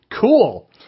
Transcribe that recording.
Cool